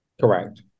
Correct